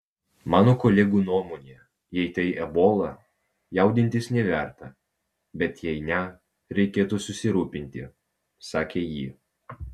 mano kolegų nuomone jei tai ebola jaudintis neverta bet jei ne reikia susirūpinti sakė ji